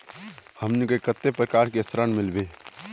हमनी के कते प्रकार के ऋण मीलोब?